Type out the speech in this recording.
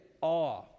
awe